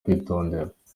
kwitondera